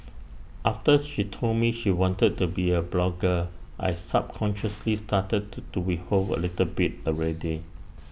after she told me she wanted to be A blogger I subconsciously started to do withhold A little bit already